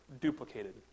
duplicated